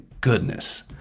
goodness